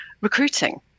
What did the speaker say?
recruiting